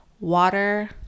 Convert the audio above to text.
water